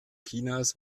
chinas